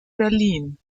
berlin